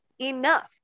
enough